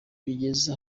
bigeze